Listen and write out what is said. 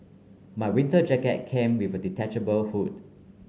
my winter jacket came with a detachable hood